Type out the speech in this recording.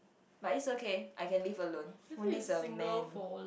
but it's okay I can live alone who needs a man